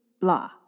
blah